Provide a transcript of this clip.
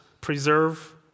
preserve